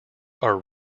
are